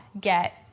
get